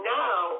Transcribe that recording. now